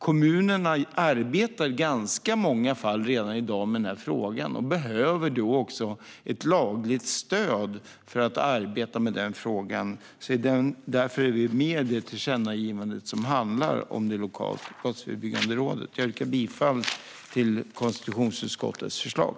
Kommunerna arbetar i många fall redan i dag med frågan, och de behöver ett lagligt stöd för att arbeta i frågan. Därför stöder vi det tillkännagivande som handlar om det lokala brottsförebyggande arbetet. Jag yrkar bifall till konstitutionsutskottets förslag.